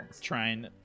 trying